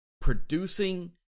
producing